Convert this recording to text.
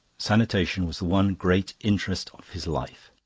sanitation was the one great interest of his life.